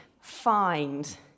find